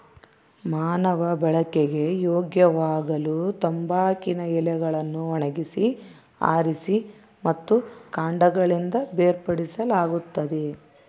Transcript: ಮಾನವ ಬಳಕೆಗೆ ಯೋಗ್ಯವಾಗಲುತಂಬಾಕಿನ ಎಲೆಗಳನ್ನು ಒಣಗಿಸಿ ಆರಿಸಿ ಮತ್ತು ಕಾಂಡಗಳಿಂದ ಬೇರ್ಪಡಿಸಲಾಗುತ್ತದೆ